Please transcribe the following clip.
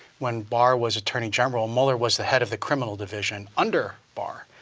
when barr was attorney general, mueller was the head of the criminal division under barr,